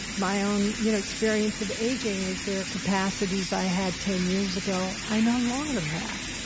my own you know experience of aging is, there are capacities i had ten years ago, i no longer have,